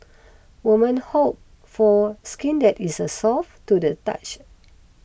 women hope for skin that is soft to the touch